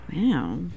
Wow